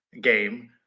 game